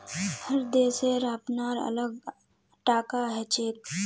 हर देशेर अपनार अलग टाका हछेक